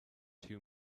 two